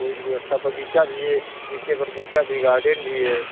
पूरी व्यवस्था बग़ीचा भी है नीचे बग़ीचा भी गार्डेन भी है